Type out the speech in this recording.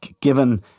given